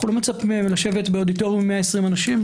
אנו לא מצפים מהם לשבת באודיטוריום עם 120 אנשים.